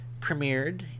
premiered